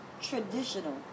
traditional